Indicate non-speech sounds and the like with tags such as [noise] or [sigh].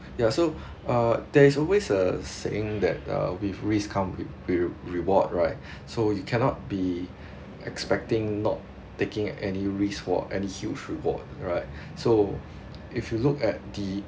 [breath] ya so [breath] uh there is always a saying that uh with risk come re~ re~ reward right [breath] so you cannot be [breath] expecting not taking any risk for any huge reward right [breath] so if you look at the